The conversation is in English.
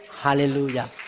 Hallelujah